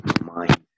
mind